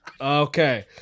Okay